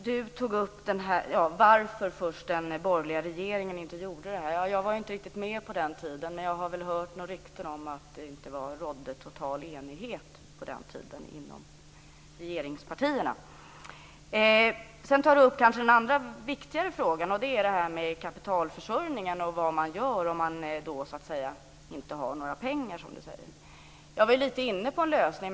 Fru talman! Jag skall först svara på frågan varför den borgerliga regeringen inte gjorde detta. Jag var inte riktigt med på den tiden, men jag har hört några rykten om att det inte rådde total enighet inom regeringspartierna. Sedan tog Carina Adolfsson upp den fråga som kanske är viktigare, nämligen frågan om kapitalförsörjningen och vad man gör om man inte har några pengar. Jag var lite grann inne på en lösning.